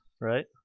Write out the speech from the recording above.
right